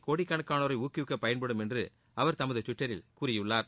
கோடிக்கணக்கானோரை ஊக்குவிக்க பயன்படும் என்று அவர் தமது டுவிட்டரில் கூறியுள்ளார்